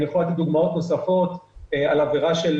אני יכול לתת דוגמאות נוספות: עבירה של